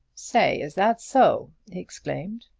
say, is that so! he exclaimed,